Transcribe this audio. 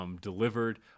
delivered